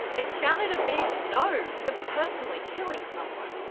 it shouted a big no! to personally killing someone.